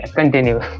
continue